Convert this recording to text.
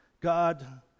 God